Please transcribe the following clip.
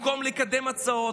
במקום לקדם הצעות,